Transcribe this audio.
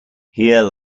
here